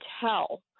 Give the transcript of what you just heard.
tell